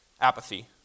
Apathy